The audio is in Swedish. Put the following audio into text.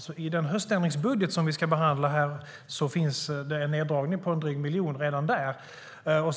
I den höständringsbudget som vi ska behandla finns en neddragning på drygt 1 miljon.